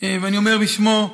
ואני אומר בשמו,